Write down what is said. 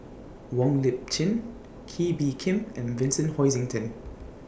Wong Lip Chin Kee Bee Khim and Vincent Hoisington